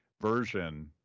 version